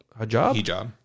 hijab